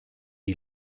die